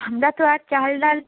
আমরা তো আর চাল ডাল